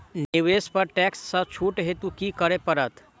निवेश पर टैक्स सँ छुट हेतु की करै पड़त?